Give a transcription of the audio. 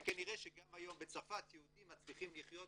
וכנראה שגם היום בצרפת יהודים מצליחים לחיות